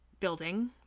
building